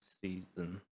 season